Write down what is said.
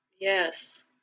Yes